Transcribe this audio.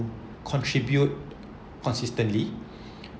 you contribute consistently